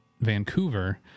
Vancouver